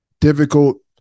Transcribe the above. difficult